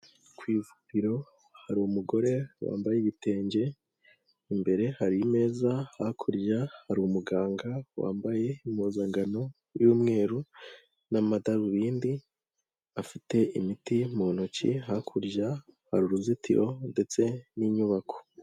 Ku ivubiriro hari umugore wambaye ibitenge, imbere harivimeza, hakurya hari umuganga wambaye impuzankano y'umweru n'amadarubindi, afite imiti mu ntoki, hakurya hari uruzitiro ndetse n'inyubako.